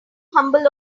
humble